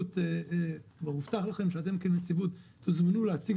כבר הובטח לכם שאתם כנציבות תוזמנו להציג